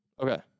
Okay